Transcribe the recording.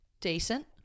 decent